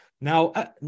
Now